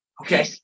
okay